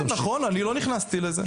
יפה, נכון, אני לא נכנסתי לזה.